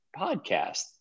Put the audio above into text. podcast